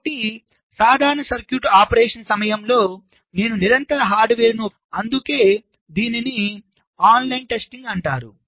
కాబట్టి సాధారణ circuit operation సమయంలో నేను నిరంతరం హార్డ్వేర్ను ఉపయోగిస్తున్నాను అందుకే దీన్ని ఆన్లైన్ టెస్టింగ్ అంటారు